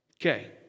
Okay